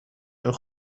een